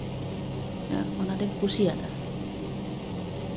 ᱚᱱᱟᱛᱤᱧ ᱠᱩᱥᱤᱭᱟᱫᱟ